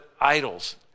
idols